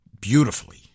Beautifully